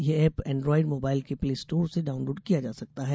यह app Android mobile के play store से डाउनलोड किया जा सकता है